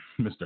Mr